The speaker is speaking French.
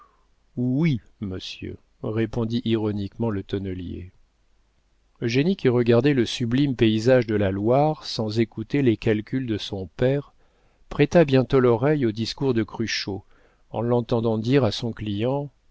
o u i monsieur répondit ironiquement le tonnelier eugénie qui regardait le sublime paysage de la loire sans écouter les calculs de son père prêta bientôt l'oreille aux discours de cruchot en l'entendant dire à son client